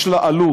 יש לה עלות.